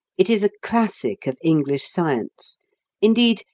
it is a classic of english science indeed,